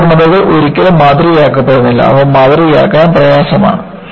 ഈ അപൂർണതകൾ ഒരിക്കലും മാതൃകയാക്കപ്പെടുന്നില്ല അവ മാതൃകയാക്കാൻ വളരെ പ്രയാസമാണ്